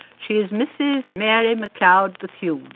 she is mrs. mary mcleod bethune.